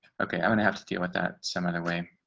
okay, i'm gonna have to deal with that some of the way